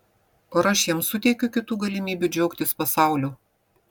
o ar aš jam suteikiu kitų galimybių džiaugtis pasauliu